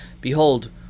Behold